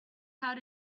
how